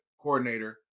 coordinator